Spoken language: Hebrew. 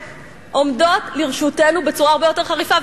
עומדות לרשותנו בצורה הרבה יותר חריפה.